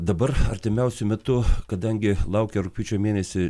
dabar artimiausiu metu kadangi laukia rugpjūčio mėnesį